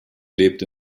lebt